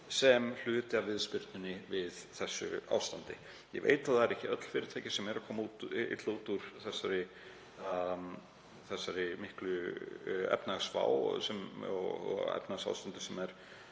sem hluti af viðspyrnunni við þessu ástandi. Ég veit að það eru ekki öll fyrirtæki sem koma illa út úr þessari miklu efnahagsvá og efnahagsástandi sem er